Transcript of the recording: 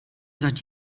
seit